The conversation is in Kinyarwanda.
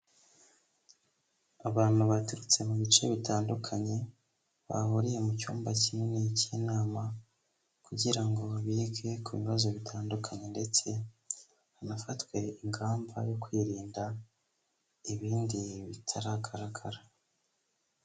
Abantu baturutse mu bice bitandukanye, bahuriye mu cyumba kinini cy'inama kugira ngo bige ku bibazo bitandukanye ndetse hanafatwe ingamba yo kwirinda ibindi bitaragaragara.